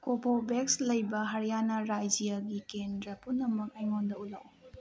ꯀꯣꯕꯣꯕꯦꯛꯁ ꯂꯩꯕ ꯍꯔꯤꯌꯥꯅꯥ ꯔꯥꯏꯖ꯭ꯌꯥꯒꯤ ꯀꯦꯟꯗ꯭ꯔ ꯄꯨꯝꯅꯃꯛ ꯑꯩꯉꯣꯟꯗ ꯎꯠꯂꯛꯎ